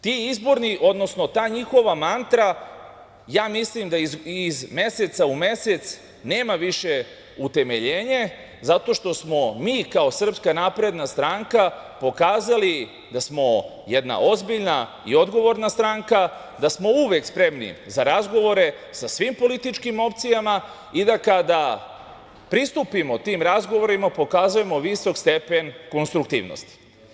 Ta njihova mantra, mislim, iz meseca u mesec nema više utemeljenje zato što smo mi kao SNS pokazali da smo jedna ozbiljna i odgovorna stranka, da smo uvek spremni za razgovore sa svim političkim opcijama i da, kada pristupimo tim razgovorima, pokazujemo visok stepen konstruktivnosti.